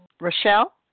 Rochelle